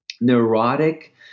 neurotic